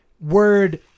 word